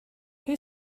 who